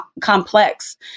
complex